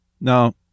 Now